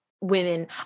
women